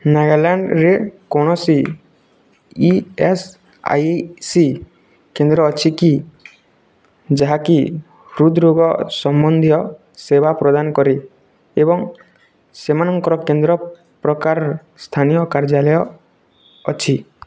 ନାଗାଲାଣ୍ଡ୍ରେ କୌଣସି E S I C କେନ୍ଦ୍ର ଅଛି କି ଯାହାକି ହୃଦ୍ରୋଗ ସମ୍ବନ୍ଧୀୟ ସେବା ପ୍ରଦାନ କରେ ଏବଂ ସେମାନଙ୍କର କେନ୍ଦ୍ର ପ୍ରକାର ସ୍ଥାନୀୟ କାର୍ଯ୍ୟାଳୟ ଅଛି